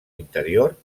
interior